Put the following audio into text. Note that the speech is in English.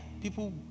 people